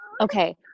okay